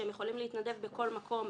שהם יכולים להתנדב בכל מקום,